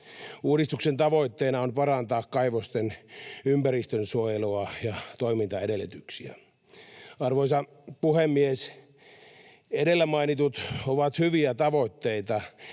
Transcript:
Uudistuksen tavoitteena on parantaa kaivosten ympäristönsuojelua ja toimintaedellytyksiä. Arvoisa puhemies! Edellä mainitut ovat hyviä tavoitteita,